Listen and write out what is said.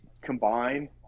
combine